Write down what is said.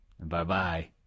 Bye-bye